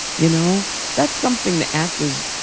you know that's something the actors,